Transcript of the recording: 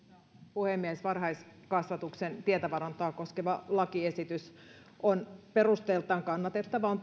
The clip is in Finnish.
puhemies varhaiskasvatuksen tietovarantoa koskeva lakiesitys on perusteiltaan kannatettava on